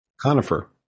conifer